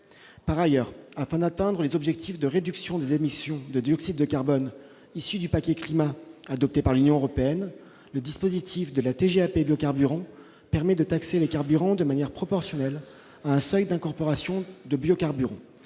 Par ailleurs, afin d'atteindre les objectifs de réduction des émissions de dioxyde de carbone issus du paquet climat adopté par l'Union européenne, le dispositif de la TGAP biocarburant permet de taxer les carburants de manière proportionnelle à un seuil d'incorporation de biocarburants.